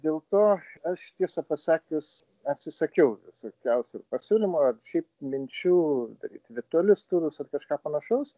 dėl to aš tiesą pasakius atsisakiau visokiausių pasiūlymų ar šiaip minčių daryti virtualius turus ar kažką panašaus